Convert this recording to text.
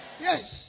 Yes